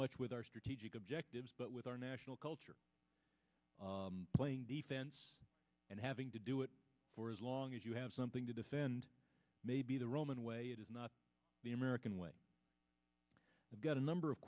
much with our strategic objectives but with our national culture playing defense and having to do it for as long as you have something to defend maybe the roman way it is not the american way you've got a number of